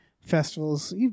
festivals